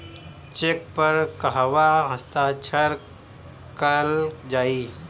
Check पर कहवा हस्ताक्षर कैल जाइ?